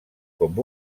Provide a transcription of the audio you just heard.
com